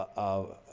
of